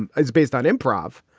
and it's based on improv.